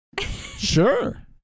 Sure